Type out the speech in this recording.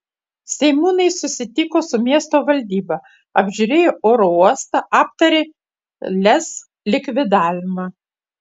seimūnai susitiko su miesto valdyba apžiūrėjo oro uostą aptarė lez likvidavimą